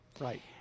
Right